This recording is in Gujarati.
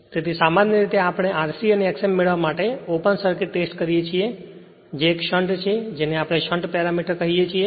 તેથી સામાન્ય રીતે આપણે R c અને X m મેળવવા માટે ઓપન સર્કિટ ટેસ્ટ કરીએ છીએ જે એક શન્ટ છે જેને આપણે શન્ટ પેરામીટર કહીએ છીએ